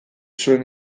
zuen